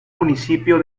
municipio